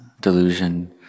delusion